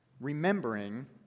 Remembering